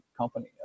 company